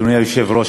אדוני היושב-ראש,